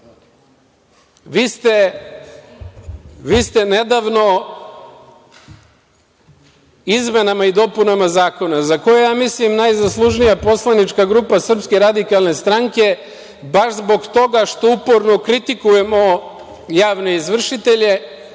ste nedavno izmenama i dopunama zakona, za koje je ja mislim najzaslužnija poslanička grupa SRS baš zbog toga što uporno kritikujemo javne izvršitelje,